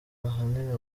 ahanini